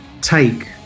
take